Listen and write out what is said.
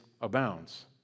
abounds